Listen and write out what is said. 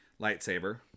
lightsaber